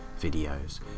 videos